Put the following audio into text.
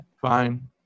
fine